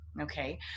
okay